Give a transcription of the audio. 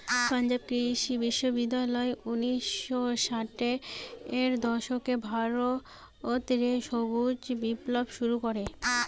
পাঞ্জাব কৃষি বিশ্ববিদ্যালয় উনিশ শ ষাটের দশকে ভারত রে সবুজ বিপ্লব শুরু করে